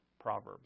proverbs